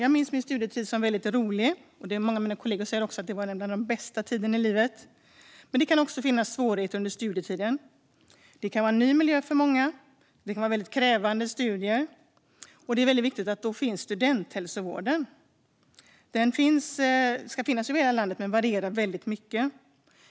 Jag minns min studietid som väldigt rolig, och många av mina kollegor säger också att det var den bästa tiden i livet. Men det kan också finnas svårigheter under studietiden. Det är en ny miljö för många, och studierna kan vara väldigt krävande. Då är det väldigt viktigt att Studenthälsovården finns. Den ska finnas över hela landet, men det varierar väldigt mycket.